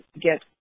get